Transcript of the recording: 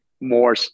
more